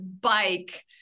Bike